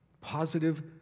Positive